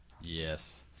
Yes